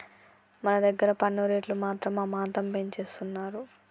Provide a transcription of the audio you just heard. మన దగ్గర పన్ను రేట్లు మాత్రం అమాంతం పెంచేస్తున్నారు